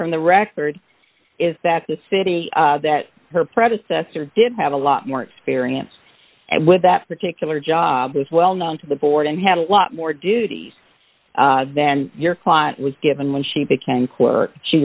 from the record is that the city that her predecessor didn't have a lot more experience with that particular job was well known to the board and had a lot more duties then your client was given when she